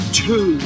two